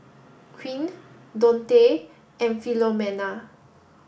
Quint Dontae and Philomena